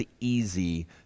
easy